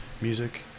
music